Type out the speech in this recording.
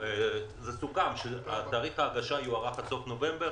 סוכם שתאריך ההגשה יוארך עד סוף נובמבר